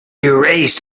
erased